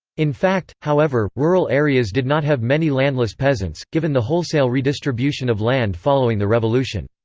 in fact, however, rural areas did not have many landless peasants, given the wholesale redistribution of land following the revolution.